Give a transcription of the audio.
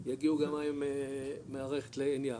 יגיעו גם מים מהמערכת לעין יהב,